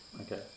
Okay